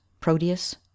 proteus